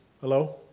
Hello